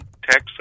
Texas